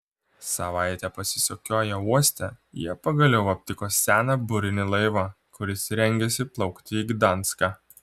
savaitę pasisukioję uoste jie pagaliau aptiko seną burinį laivą kuris rengėsi plaukti į gdanską